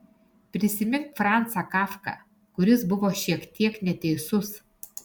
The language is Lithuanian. prisimink francą kafką kuris buvo šiek tiek neteisus